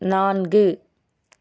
நான்கு